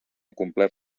complert